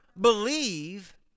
believe